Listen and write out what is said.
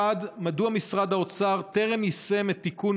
1. מדוע משרד האוצר טרם יישם את תיקון